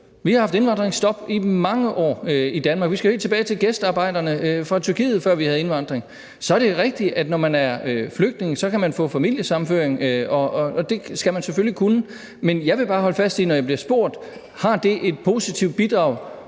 Vi har haft indvandringsstop i mange år i Danmark. Vi skal jo helt tilbage til gæstearbejderne fra Tyrkiet, for at vi havde indvandring. Så er det rigtigt, at når man er flygtning, kan man få familiesammenføring, og det skal man selvfølgelig kunne. Men jeg vil bare holde fast i, at når jeg bliver spurgt, om det har et positivt bidrag,